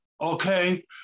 okay